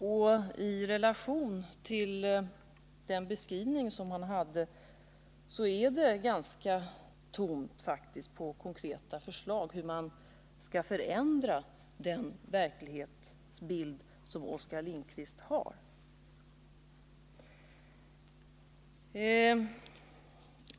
Oskar Lindkvists anförande var faktiskt ganska tomt på konkreta förslag till hur man skall förändra den verklighetsbild som han målade upp.